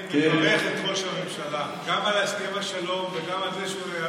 אני מברך את ראש הממשלה גם על הסכם השלום וגם על זה שהוא,